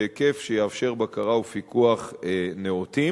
בהיקף שיאפשר בקרה ופיקוח נאותים,